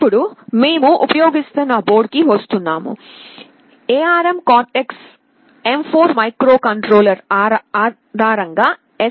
ఇప్పుడు మేము ఉపయోగిస్తున్న బోర్డుకి వస్తున్నది ARM Cortex M4 microcontroller ఆధారం గా STM32